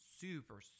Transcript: super